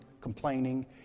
complaining